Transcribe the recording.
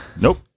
Nope